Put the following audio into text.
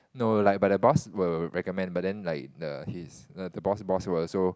no like but the boss will recommend but then like the his the boss boss will also